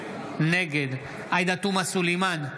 נגד עאידה תומא סלימאן,